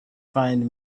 find